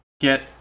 get